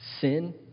sin